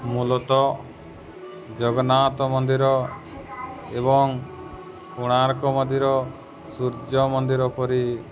ମୂଲତଃ ଜଗନ୍ନାଥ ମନ୍ଦିର ଏବଂ କୋଣାର୍କ ମନ୍ଦିର ସୂର୍ଯ୍ୟ ମନ୍ଦିର ପରି